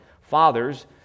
Fathers